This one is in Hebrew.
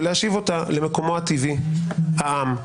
ולהשיב אותה למקומה הטבעי העם.